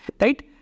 right